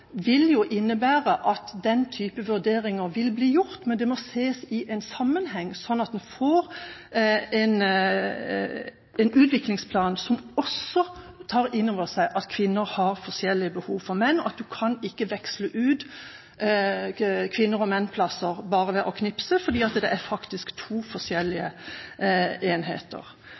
vil innebære at den type vurderinger vil bli gjort, men det må ses i en sammenheng, slik at en får en utviklingsplan som også tar inn over seg at kvinner har forskjellige behov enn menn, og at man ikke kan veksle ut soningsplasser for kvinner og menn bare ved å knipse, for det er faktisk to forskjellige enheter.